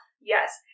Yes